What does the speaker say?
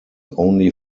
only